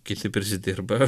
kiti prisidirba